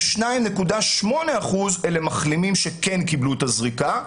ו-2.8 אחוזים אלה מחלימים שכן קיבלו את הזריקה.